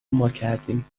ماکردیم